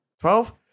Twelve